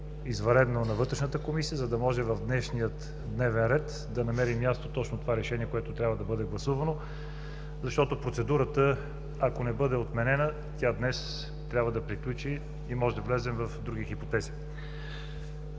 извънредно, на Комисията, за да може в днешния дневен ред да намери място точно това решение, което трябва да бъде гласувано. Защото, ако процедурата не бъде отменена, днес трябва да приключи и може да влезем в други хипотези.